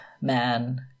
man